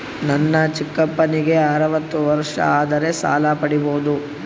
ನನ್ನ ಚಿಕ್ಕಪ್ಪನಿಗೆ ಅರವತ್ತು ವರ್ಷ ಆದರೆ ಸಾಲ ಪಡಿಬೋದ?